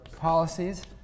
Policies